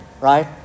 right